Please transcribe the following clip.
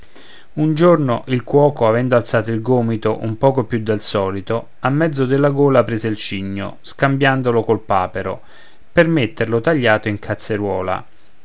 un giorno il cuoco avendo alzato il gomito un poco più del solito a mezzo della gola prese il cigno scambiandolo col papero per metterlo tagliato in cazzeruola